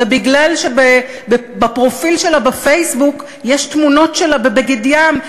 ומכיוון שבפרופיל שלה בפייסבוק יש תמונות שלה בבגד-ים,